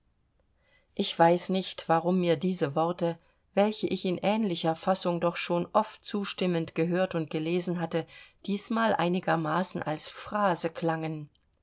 ich weiß nicht warum mir diese worte welche ich in ähnlicher fassung doch schon oft zustimmend gehört und gelesen hatte diesmal einigermaßen als phrase klangen